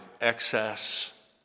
excess